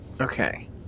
Okay